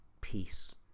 peace